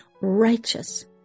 righteous